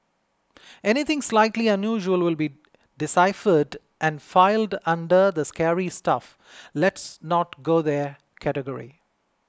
anything slightly unusual will be deciphered and filed under the scary stuff let's not go there category